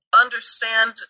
understand